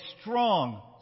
strong